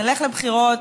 נלך לבחירות,